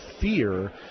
fear